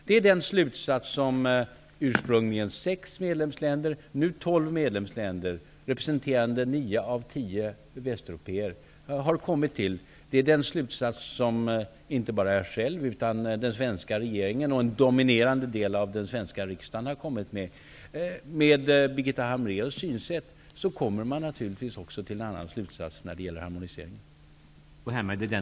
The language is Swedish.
Det är den slutsats som ursprungligen sex medlemsländer, nu tolv medlemsländer, representerande nio av tio västeuropeer, har kommit fram till. Det är den slutsats som inte bara jag själv, utan den svenska regeringen och en dominerande del av den svenska riksdagen har dragit. Med Birgitta Hambraeus synsätt kommer man naturligtvis till en annan slutsats när det gäller harmoniseringen.